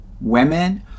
women